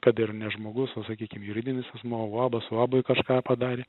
kad ir ne žmogus o sakykim juridinis asmuo uabas uabui kažką padarė